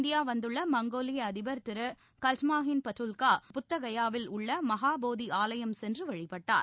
India வந்துள்ள மங்கோலிய அதிபர் திரு கல்ட்மாகின் பட்டுல்கா புத்தகயாவில் உள்ள மகாபோதி ஆலயம் சென்று வழிபட்டார்